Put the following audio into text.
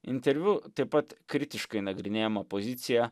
interviu taip pat kritiškai nagrinėjama pozicija